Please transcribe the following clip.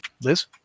Liz